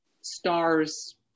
stars